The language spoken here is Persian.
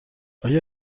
آیا